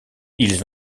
ils